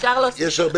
אפשר להוסיף.